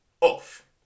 off